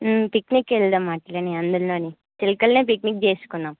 పిక్నిక్కి వెళ్దాం అట్లనే ఆంధ్రాలోనే త్రీ కల్లా పిక్నిక్ చేసుకుందాం